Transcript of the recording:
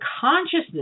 consciousness